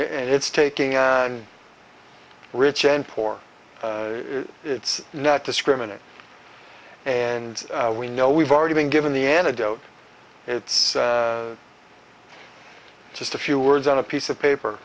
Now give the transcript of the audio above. and it's taking rich and poor it's not discriminate and we know we've already been given the antidote it's just a few words on a piece of paper